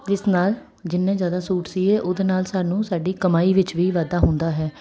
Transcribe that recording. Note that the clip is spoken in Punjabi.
ਜਿਸ ਨਾਲ ਜਿੰਨੇ ਜ਼ਿਆਦਾ ਸੂਟ ਸੀਈਏ ਉਹਦੇ ਨਾਲ ਸਾਨੂੰ ਸਾਡੀ ਕਮਾਈ ਵਿੱਚ ਵੀ ਵਾਧਾ ਹੁੰਦਾ ਹੈ